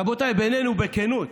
רבותיי, בינינו, בכנות,